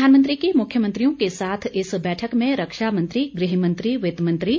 प्रधानमंत्री की मुख्यमंत्रियों के साथ इस बैठक में रक्षा मंत्री गृहमंत्री वित्त मंत्री